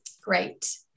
great